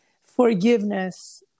forgiveness